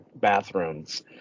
bathrooms